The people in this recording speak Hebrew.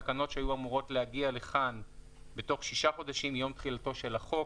תקנות שהיו אמורות להגיע לכאן בתוך שישה חודשים מיום תחילתו של החוק,